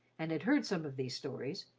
and had heard some of these stories,